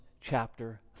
chapter